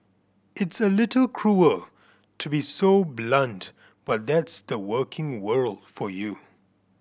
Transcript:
it's a little cruel to be so blunt but that's the working world for you